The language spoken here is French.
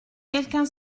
quelqu’un